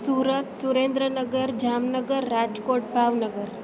Surat Surendranagar Jamnagar Rajkot Bhavnagar